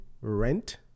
rent